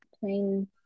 plain